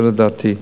זה לדעתי.